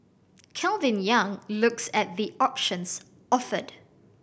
Calvin Yang looks at the options offered